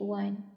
one